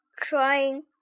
trying